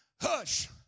Hush